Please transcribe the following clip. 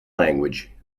language